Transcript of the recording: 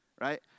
right